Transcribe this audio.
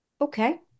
Okay